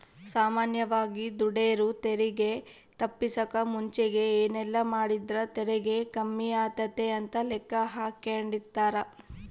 ಸಾಮಾನ್ಯವಾಗಿ ದುಡೆರು ತೆರಿಗೆ ತಪ್ಪಿಸಕ ಮುಂಚೆಗೆ ಏನೆಲ್ಲಾಮಾಡಿದ್ರ ತೆರಿಗೆ ಕಮ್ಮಿಯಾತತೆ ಅಂತ ಲೆಕ್ಕಾಹಾಕೆಂಡಿರ್ತಾರ